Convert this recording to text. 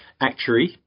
actuary